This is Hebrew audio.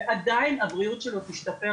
ועדיין הבריאות שלו תשתפר,